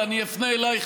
ואני אפנה אלייך,